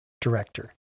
director